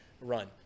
run